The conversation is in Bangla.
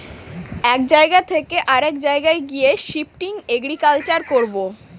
এক জায়গা থকে অরেক জায়গায় গিয়ে শিফটিং এগ্রিকালচার করবো